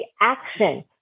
action